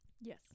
Yes